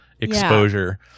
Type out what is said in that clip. exposure